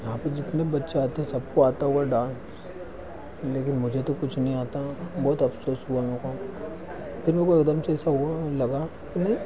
यहाँ पर जितने बच्चे आते हैं सबको आता होगा डांस लेकिन मुझे तो कुछ नहीं आता बहुत अफसोस हुआ मेरे को फिर वो एकदम से ऐसा हुआ लगा कि आए